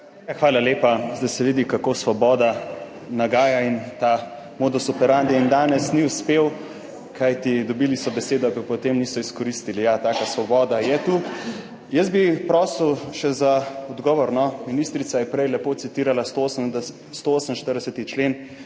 Hvala lepa. Zdaj se vidi, kako Svoboda nagaja in ta modus operandi jim danes ni uspel, kajti dobili so besedo, potem niso izkoristili, ja, taka svoboda je tu. Jaz bi prosil še za odgovor. Ministrica je prej lepo citirala 148. člen